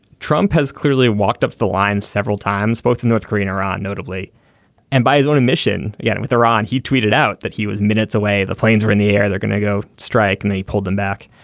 trump has clearly walked up the line several times both in north korea and iran notably and by his own admission yeah and with iran he tweeted out that he was minutes away the planes were in the air. they're going to go strike and they pulled them back.